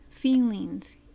Feelings